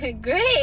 Great